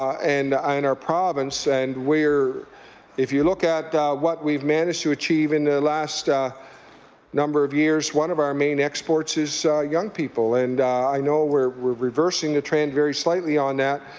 and and our province. and we're if you look at what we've managed to achieve in the last number of years, one of our main exports is young people. and i know we're we're reversing the trend very slightly on that.